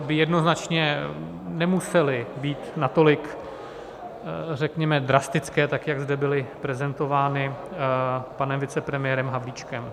by jednoznačně nemusely být natolik, řekněme, drastické, tak jak zde byly prezentovány panem vicepremiérem Havlíčkem.